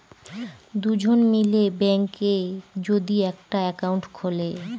দুজন মিলে ব্যাঙ্কে যদি একটা একাউন্ট খুলে